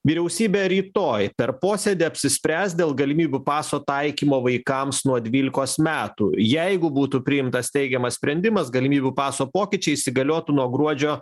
vyriausybė rytoj per posėdį apsispręs dėl galimybių paso taikymo vaikams nuo dvylikos metų jeigu būtų priimtas teigiamas sprendimas galimybių paso pokyčiai įsigaliotų nuo gruodžio